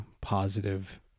positive